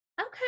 okay